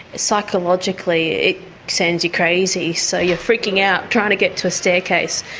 psychologically it sends you crazy, so you're freaking out, trying to get to a staircase,